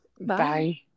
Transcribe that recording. Bye